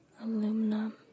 aluminum